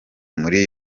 muri